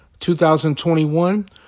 2021